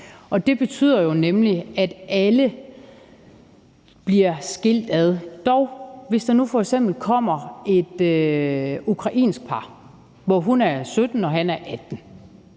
jo nemlig, at alle bliver skilt ad. Men hvis der nu f.eks. kommer et ukrainsk par, hvor hun er 17 år og han er 18